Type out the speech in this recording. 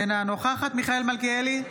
אינה נוכחת מיכאל מלכיאלי,